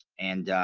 and